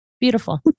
Beautiful